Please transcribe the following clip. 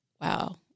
wow